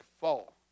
fall